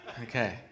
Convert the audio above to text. Okay